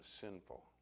sinful